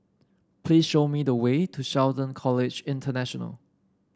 please show me the way to Shelton College International